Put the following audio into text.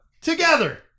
together